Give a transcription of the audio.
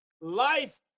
life